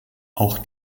auch